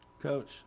Coach